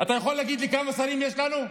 אתה יכול להגיד לי כמה שרים יש לנו?